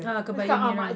ah kebaya merah